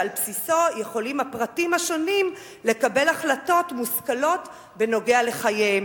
שעל בסיסו יכולים הפרטים השונים לקבל החלטות מושכלות בנוגע לחייהם,